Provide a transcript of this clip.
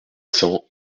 cents